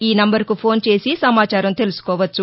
ఈ నంబరుకు ఫోన్ చేసి సమాచారం తెలుసుకోవచ్చు